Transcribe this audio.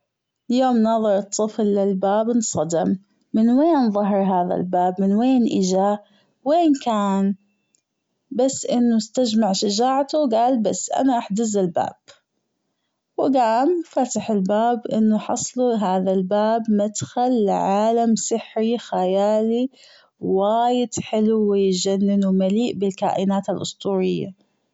يوم نظر الطفل للباب أنصدم من وين ظهر هذا الباب من وين أجى وين كان بس أنه أستجمع شجاعته جال بس أنا راح دز الباب وجام فتح الباب اللي حصله أنه هذا الباب مدخل لعالم سحري خيالي وايد حلو ويجنن ومليء بالكائنات الأسطورية.